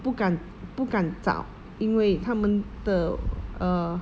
不敢不敢找因为他们的 err